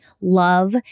love